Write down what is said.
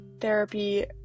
therapy